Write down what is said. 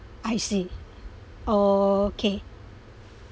I see okay